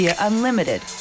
Unlimited